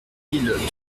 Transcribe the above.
mille